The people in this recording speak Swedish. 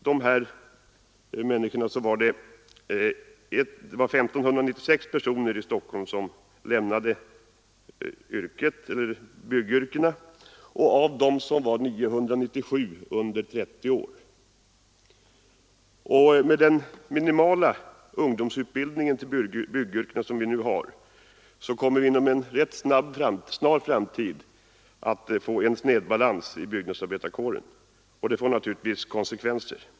År 1973 var avgången i Stockholm 1 596 personer, och av dem var 997 under 30 år. Med den minimala ungdomsutbildning till byggyrken som vi för närvarande har kommer vi inom en snar framtid att få en snedbalans i byggnadsarbetarkåren, vilket naturligtvis får konsekvenser.